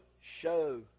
show